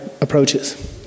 approaches